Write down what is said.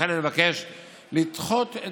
לכן אני מבקש לדחות את